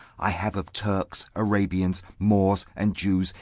i have of turks, arabians, moors, and jews,